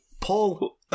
Paul